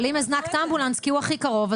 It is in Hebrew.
אבל אם הזנקת אמבולנס כי הוא הכי קרוב,